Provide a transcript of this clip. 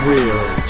Real